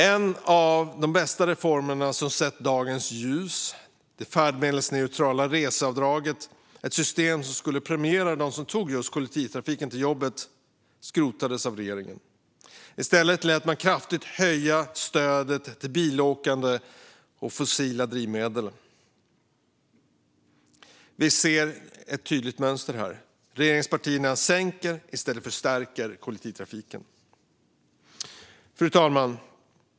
En av de bästa reformerna som sett dagens ljus var det färdmedelsneutrala reseavdraget. Detta system skulle premiera just dem som tog kollektivtrafiken till jobbet, men det skrotades av regeringen. I stället höjde man stödet till bilåkande och fossila drivmedel kraftigt. Vi ser ett tydligt mönster: Regeringspartierna sänker i stället för stärker kollektivtrafiken. Fru talman!